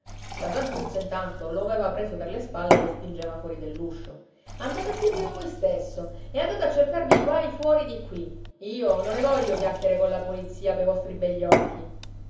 la santuzza intanto lo aveva preso per le spalle e lo spingeva fuori dell'uscio andate a dirglielo voi stesso e andate a cercarvi i guai fuori di qui io non ne voglio chiacchiere colla polizia pei vostri begli occhi